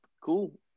Cool